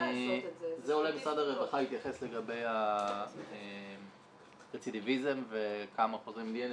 זה אולי משרד הרווחה יתייחס לגבי הרצידיביזם וכמה חוזרים בלי הנתונים.